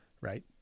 right